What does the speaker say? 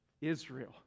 Israel